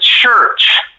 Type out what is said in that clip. church